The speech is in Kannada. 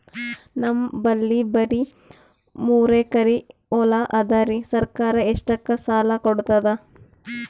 ನಮ್ ಬಲ್ಲಿ ಬರಿ ಮೂರೆಕರಿ ಹೊಲಾ ಅದರಿ, ಸರ್ಕಾರ ಇಷ್ಟಕ್ಕ ಸಾಲಾ ಕೊಡತದಾ?